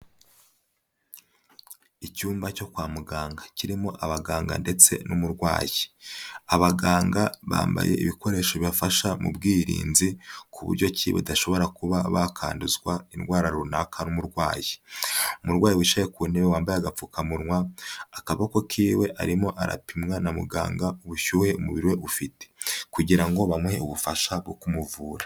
Icyumba cyo kwa muganga kirimo abaganga ndetse n'umurwayi, abaganga bambaye ibikoresho bi bafasha mu bwirinzi ku buryo ki badashobora kuba bakanduzwa indwara runaka n'umurwayi, umurwayi wicaye ku ntebe wambaye agapfukamunwa akaboko kiwe arimo arapimwa na muganga ubushyuhe umubiri we ufite, kugira ngo bamuhe ubufasha bwo kumuvura.